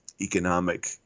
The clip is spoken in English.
economic